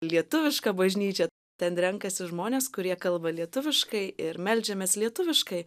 lietuviška bažnyčia ten renkasi žmonės kurie kalba lietuviškai ir meldžiamės lietuviškai